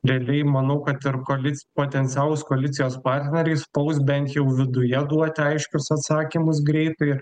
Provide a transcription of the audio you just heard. realiai manau kad ir koalic potencialūs koalicijos partneriai spaus bent jau viduje duoti aiškius atsakymus greitai